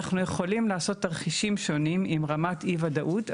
אנחנו יכולים לעשות תרחישים שונים עם רמת אי וודאות,